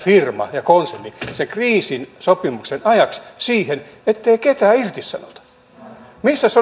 firma konserni sitoutui sen kriisisopimuksen ajaksi siihen ettei ketään irtisanota missäs